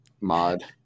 mod